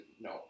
no